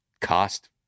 cost